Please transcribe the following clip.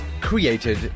created